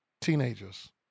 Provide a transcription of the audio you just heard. teenagers